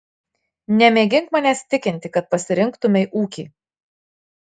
nemėgink manęs tikinti kad pasirinktumei ūkį